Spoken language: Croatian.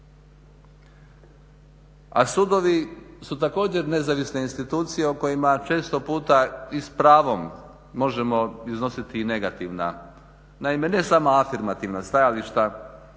A sudovi su također nezavisne institucije o kojima često puta i s pravom možemo iznositi i negativna, naime ne samo afirmativna stajališta